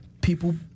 people